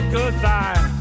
goodbye